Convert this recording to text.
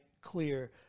clear